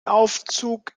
aufzug